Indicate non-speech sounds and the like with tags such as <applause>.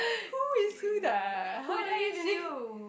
who is how are we <laughs>